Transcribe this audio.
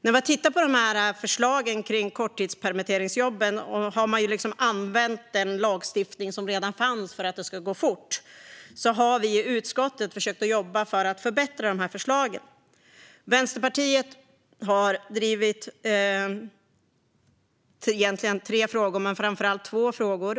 När vi tittar på förslagen om korttidspermitteringsjobben ser vi att man har använt den lagstiftning som redan fanns för att det ska gå fort. Vi har i utskottet försökt att jobba för att förbättra förslagen. Vänsterpartiet har egentligen drivit tre frågor och framför allt två frågor.